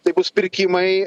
tai bus pirkimai